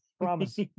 Promise